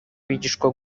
bigishwa